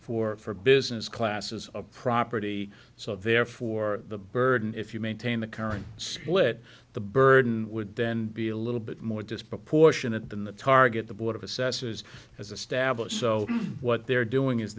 for for business classes of property so therefore the burden if you maintain the current split the burden would then be a little bit more disproportionate than the target the board of assesses as a stablish so what they're doing is